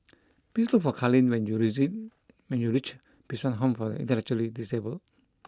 please look for Kalene when you reason when you reach Bishan Home for the intellectually disabled